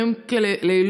הינה,